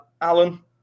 Alan